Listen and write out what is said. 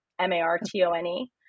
M-A-R-T-O-N-E